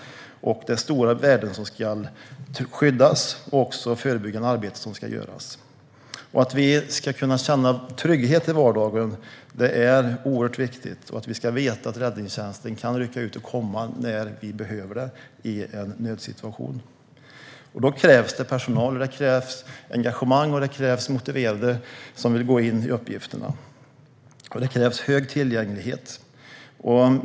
Det är både stora värden som ska skyddas och ett viktigt förebyggande arbete som ska göras. Det är viktigt att vi kan känna trygghet i vardagen och veta att räddningstjänsten rycker ut när vi behöver det i en nödsituation. Då krävs det personal som är engagerad och motiverad att gå in i uppgifterna, och det krävs hög tillgänglighet.